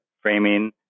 framing